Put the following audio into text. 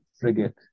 frigate